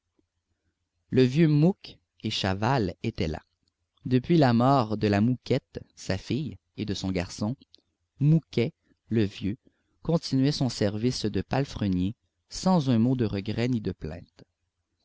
le vieux mouque et chaval étaient là depuis la mort de la mouquette sa fille et de son garçon mouquet le vieux continuait son service de palefrenier sans un mot de regret ni de plainte